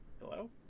Hello